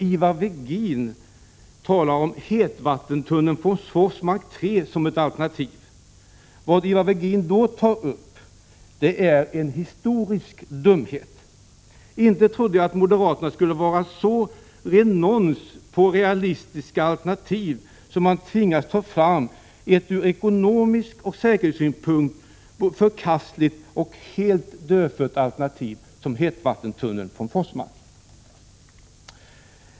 Ivar Virgin talade om en hetvattentunnel från Forsmark 3 som ett alternativ. Ivar Virgin tar upp en historisk dumhet. Inte trodde jag att moderaterna skulle vara så renons på realistiska alternativ att de tvingas föreslå ett från ekonomisk synpunkt och säkerhetssynpunkt så förkastligt och helt dödfött alternativ som en hetvattentunnel från Forsmark.